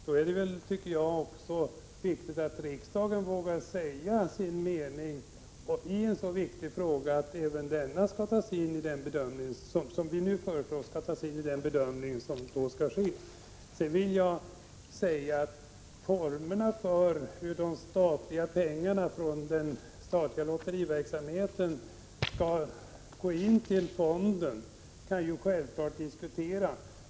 Då är det också viktigt att riksdagen vågar säga sin mening ochi en så viktig fråga tar med det vi nu föreslår i den bedömning som skall ske. Formerna för hur pengarna från den statliga lotteriverksamheten skall gå in till fonden kan diskuteras.